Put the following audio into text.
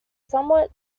somewhat